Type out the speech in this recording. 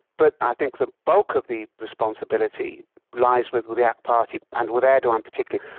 but i think the bulk of the responsibility lies with with the akp party and with erdogan particularly.